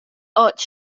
otg